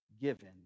given